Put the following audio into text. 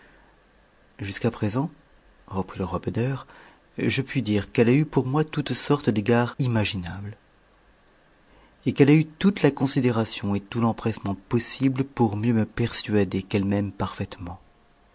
jusqu'à présent reprit le roi beder je puis dire qu'elle a eu pour moi toutes sortes d'égards imaginables et qu'elle a eu toute la considération et tout l'empressement possible pour mieux me persuader qu'elle m'aime parfaitement